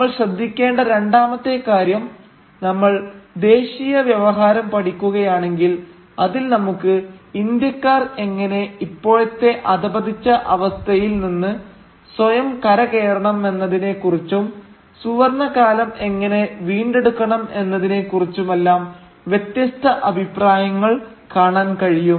നമ്മൾ ശ്രദ്ധിക്കേണ്ട രണ്ടാമത്തെ കാര്യം നമ്മൾ ദേശീയ വ്യവഹാരം പഠിക്കുകയാണെങ്കിൽ അതിൽ നമുക്ക് ഇന്ത്യക്കാർ എങ്ങനെ ഇപ്പോഴത്തെ അധപതിച്ച അവസ്ഥയിൽ നിന്ന് സ്വയം കരകയറണമെന്നതിനെ കുറിച്ചും സുവർണകാലം എങ്ങനെ വീണ്ടെടുക്കണം എന്നതിനെക്കുറിച്ചുമെല്ലാം വ്യത്യസ്ത അഭിപ്രായങ്ങൾ കാണാൻ കഴിയും